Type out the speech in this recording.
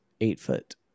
eight-foot